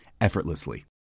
effortlessly